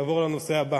נעבור לנושא הבא.